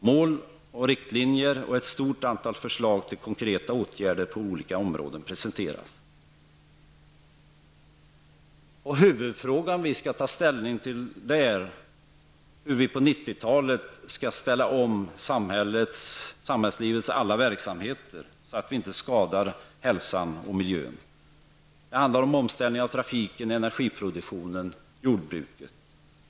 Mål och riktlinjer och ett stort antal förslag till konkreta åtgärder på olika områden presenteras. Huvudfrågan som vi skall ta ställning till är hur vi på 1990-talet skall ställa om samhällslivets alla verksamheter så att vi inte skadar hälsan och miljön. Det handlar om omställning av trafiken, energiproduktionen och jordbruket.